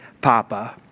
Papa